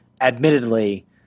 admittedly